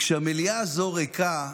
כשהמליאה הזו ריקה,